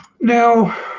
Now